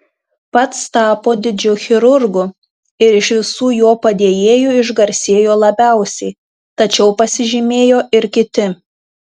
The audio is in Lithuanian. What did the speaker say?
pats tapo didžiu chirurgu ir iš visų jo padėjėjų išgarsėjo labiausiai tačiau pasižymėjo ir kiti